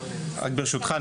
ברשותך,